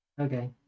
Okay